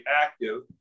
active